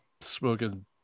smoking